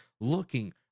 looking